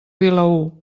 vilaür